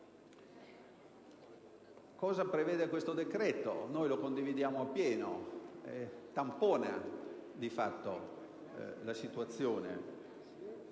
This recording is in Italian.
Cosa prevede questo decreto, che noi condividiamo appieno? Tampona di fatto la situazione: